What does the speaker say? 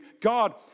God